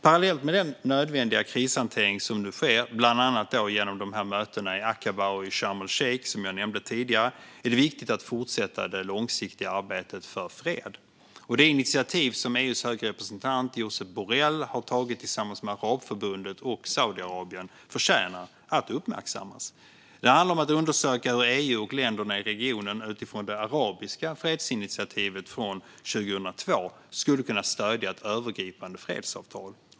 Parallellt med den nödvändiga krishantering som nu sker, bland annat genom mötena i Aqaba och Sharm el-Sheikh som jag nämnde tidigare, är det viktigt att fortsätta det långsiktiga arbetet för fred. Och det initiativ som EU:s höga representant Josep Borrell har tagit tillsammans med Arabförbundet och Saudiarabien förtjänar att uppmärksammas. Det handlar om att undersöka hur EU och länderna i regionen utifrån det arabiska fredsinitiativet från 2002 skulle kunna stödja ett övergripande fredsavtal.